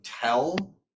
tell